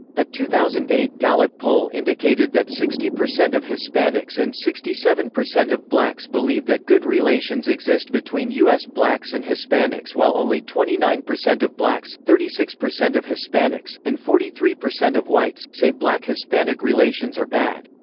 a two thousand and eight gallup poll indicated that sixty percent of hispanics and sixty seven percent of blacks believe that good relations exist between us blacks and hispanics while only twenty nine percent of blacks, thirty six percent of hispanics, and forty three percent of whites, say black-hispanic relations are bad.